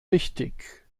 wichtig